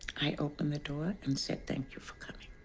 i opened the door and said, thank you for coming.